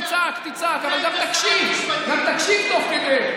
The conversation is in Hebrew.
תצעק, תצעק, אבל גם תקשיב, גם תקשיב תוך כדי.